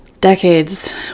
decades